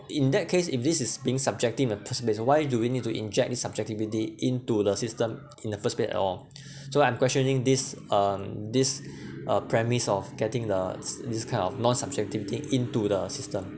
in that case if this is being subjecting a person why do we need to inject this subjectivity into the system in the first place at all so I'm questioning this um this uh premise of getting the s~ this kind of non-subjectivity into the system